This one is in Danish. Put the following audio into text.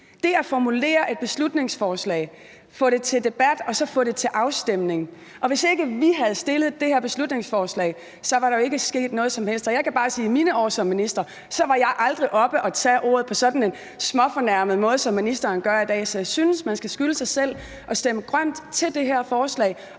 det at formulere et beslutningsforslag, få det til debat og så få det til afstemning. Og hvis ikke vi havde fremsat det her beslutningsforslag, var der jo ikke sket noget som helst. Og jeg kan bare sige, at i mine år som minister var jeg aldrig oppe at tage ordet på sådan en småfornærmet måde, som ministeren gør i dag. Så jeg synes, at man skylder sig selv at stemme grønt til det her forslag